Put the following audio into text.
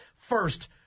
First